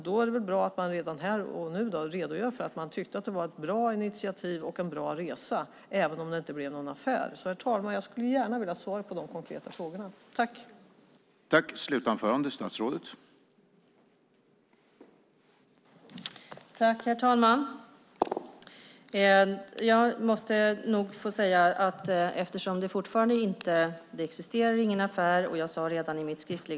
Då är det väl bra om man redan här och nu redogör för att man tyckte att det var ett bra initiativ och en bra resa, även om det inte blev någon affär. Jag skulle gärna vilja ha svar på de konkreta frågorna, herr talman.